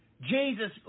Jesus